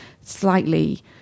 slightly